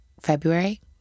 February